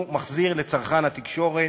הוא מחזיר לצרכן התקשורת